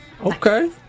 Okay